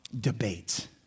debate